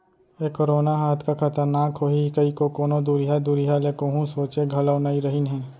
ए corona ह अतका खतरनाक होही कइको कोनों दुरिहा दुरिहा ले कोहूँ सोंचे घलौ नइ रहिन हें